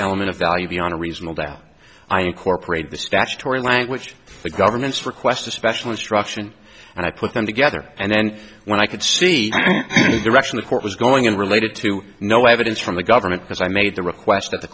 element of value beyond a reasonable doubt i incorporated the statutory language to the government's request a special instruction and i put them together and then when i could see direction the court was going in related to no evidence from the government because i made the request at the